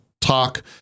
talk